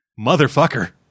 Motherfucker